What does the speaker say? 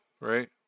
right